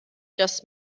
just